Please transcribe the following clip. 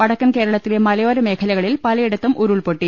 വടക്കൻ കേരളത്തിലെ മലയോര മേഖ ലകളിൽ പലയിടത്തും ഉരുൾപൊട്ടി